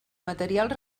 materials